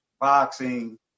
boxing